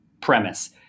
premise